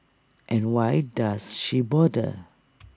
and why does she bother